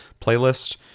playlist